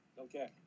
Okay